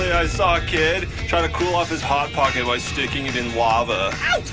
i saw a kid trying to cool off his hot pocket by sticking it in lava ow.